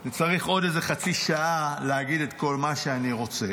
אני צריך עוד איזה חצי שעה להגיד את כל מה שאני רוצה,